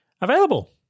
available